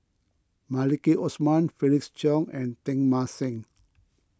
Maliki Osman Felix Cheong and Teng Mah Seng